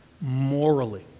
morally